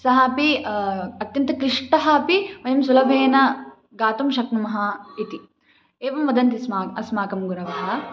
सः अपि अत्यन्तक्लिष्टः अपि वयं सुलभेन गातुं शक्नुमः इति एवं वदन्ति स्म अस्माकं गुरवः